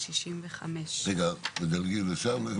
165. מדלגים לשם?